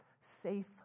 safe